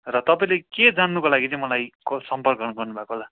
र तपाईँले के जान्नुको लागि चाहिँ मलाई कल सम्पर्क गर्नुभएको होला